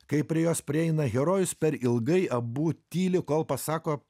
kai prie jos prieina herojus per ilgai abu tyli kol pasako